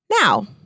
Now